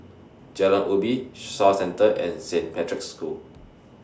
Jalan Ubi Shaw Centre and Saint Patrick's School